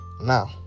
Now